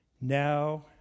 now